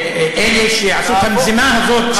אלה שעשו את המזימה הזאת,